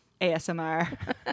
ASMR